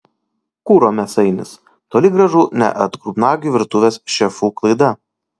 kuro mėsainis toli gražu ne atgrubnagių virtuvės šefų klaida